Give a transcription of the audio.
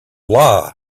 law